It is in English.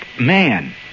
man